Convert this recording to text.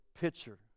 picture